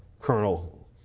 colonel